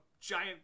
giant